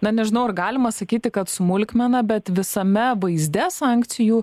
na nežinau ar galima sakyti kad smulkmena bet visame vaizde sankcijų